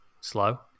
slow